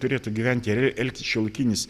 turėtų gyventi ar elgtis šiuolaikinis